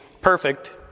perfect